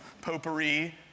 potpourri